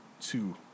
two